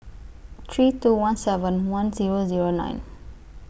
three two one seven one Zero Zero nine